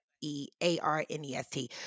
E-A-R-N-E-S-T